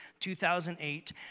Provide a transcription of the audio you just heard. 2008